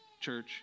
church